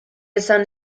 esan